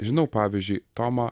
žinau pavyzdžiui tomą